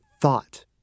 thought